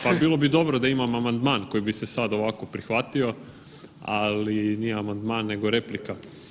Pa bilo bi dobro da imam amandman koji bi se sad ovako prihvatio, ali nije amandman nego replika.